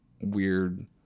weird